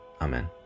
Amen